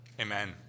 Amen